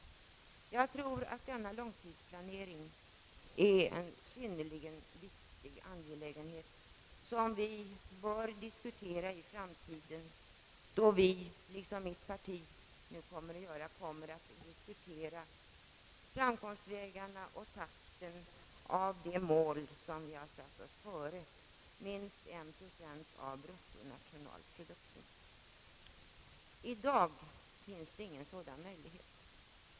Jag tror att denna långtidsplanering är en synnerligen viktig angelägenhet som vi bör diskutera i framtiden, då vi — liksom mitt parti kommer att göra — skall diskutera framkomstvägarna och takten mot de mål som vi har satt oss före: minst en procent av bruttonationalprodukten. I dag finns det ingen sådan möjlighet.